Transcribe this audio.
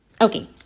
Okay